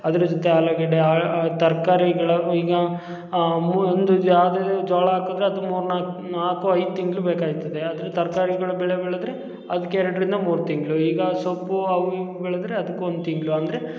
ಅದರ ಜೊತೆ ಆಲೂಗಡ್ಡೆ ಆ ತರಕಾರಿಗಳನ್ನು ಈಗ ಮೂ ಒಂದು ಜಾಗದಲ್ಲಿ ಜೋಳ ಹಾಕದ್ರೆ ಅದು ಮೂರು ನಾಲ್ಕು ನಾಲ್ಕು ಐದು ತಿಂಗಳು ಬೇಕಾಗ್ತದೆ ಅದೇ ತರಕಾರಿಗಳು ಬೆಳೆ ಬೆಳೆದ್ರೆ ಅದ್ಕೆ ಎರಡರಿಂದ ಮೂರು ತಿಂಗಳು ಈಗ ಸೊಪ್ಪು ಅವು ಇವು ಬೆಳೆದ್ರೆ ಅದ್ಕೆ ಒಂದು ತಿಂಗಳು ಅಂದರೆ